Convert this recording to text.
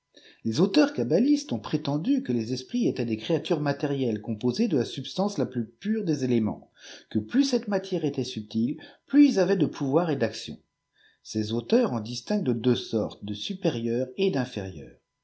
les auteurs cabalistes ont prétendu que les esprits étaient des créatures matérielles composées de la substance la plus pure des éléments que plus cette matière était subtile plus ils avaient de pouvoir et d'action ces aiiteurs en distinguent de deux sortes de supérieurs et d'inférieurs